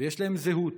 ויש להם זהות